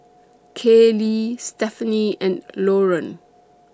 Kayleigh Stephaine and Loran